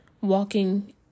walking